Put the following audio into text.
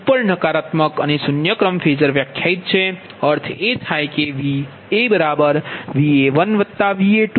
ઉપર નકારાત્મક અને 0 ક્રમ ફેઝર વ્યાખ્યાયિત છે અર્થ એ થાય કે VaVa1Va2Va0